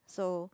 so